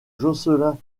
jocelyn